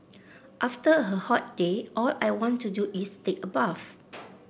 after a hot day all I want to do is take a bath